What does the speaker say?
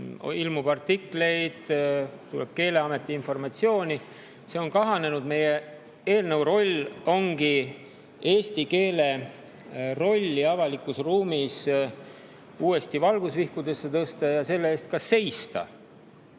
ilmub artikleid, tuleb Keeleametilt informatsiooni – on kahanenud. Meie eelnõu [eesmärk] ongi eesti keele rolli avalikus ruumis uuesti valgusvihku tõsta ja selle eest ka seista.